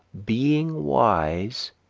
being wise,